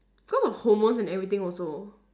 cause of hormones and everything also